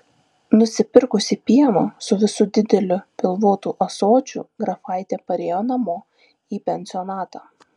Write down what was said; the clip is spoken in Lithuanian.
nusipirkusi pieno su visu dideliu pilvotu ąsočiu grafaitė parėjo namo į pensionatą